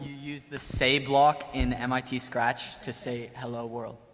use the say block in mit scratch to say, hello, world.